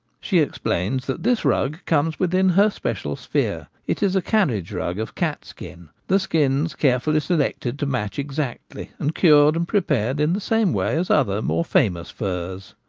she explains that this rug comes within her special sphere. it is a carriage rug of cat-skin the skins carefully selected to match exactly, and cured and prepared in the same way as other more famous furs.